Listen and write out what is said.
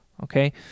Okay